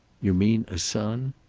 you mean, a son?